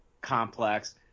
complex